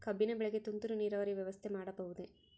ಕಬ್ಬಿನ ಬೆಳೆಗೆ ತುಂತುರು ನೇರಾವರಿ ವ್ಯವಸ್ಥೆ ಮಾಡಬಹುದೇ?